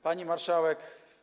Pani Marszałek!